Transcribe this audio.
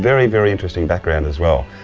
very very interesting background as well.